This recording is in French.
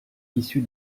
issu